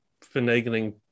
finagling